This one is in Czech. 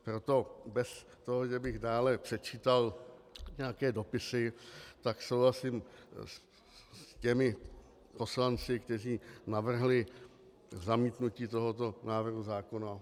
Proto bez toho, že bych dále předčítal nějaké dopisy, tak souhlasím s těmi poslanci, kteří navrhli zamítnutí tohoto návrhu zákona.